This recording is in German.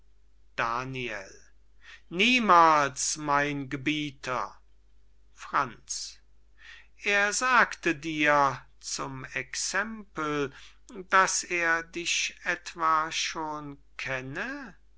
daniel niemals mein gebieter franz er sagte dir zum exempel daß er dich etwa schon kenne